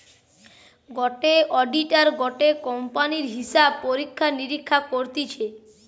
গটে অডিটার গটে কোম্পানির হিসাব পরীক্ষা নিরীক্ষা করতিছে